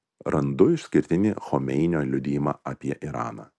randu išskirtinį chomeinio liudijimą apie iraną